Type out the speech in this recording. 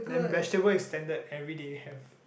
then vegetable is standard everyday have